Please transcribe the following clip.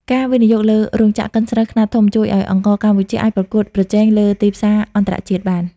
ការវិនិយោគលើរោងចក្រកិនស្រូវខ្នាតធំ ជួយឱ្យអង្ករកម្ពុជាអាចប្រកួតប្រជែងលើទីផ្សារអន្តរជាតិបាន។